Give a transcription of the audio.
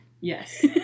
yes